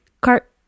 cart